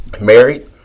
married